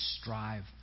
strive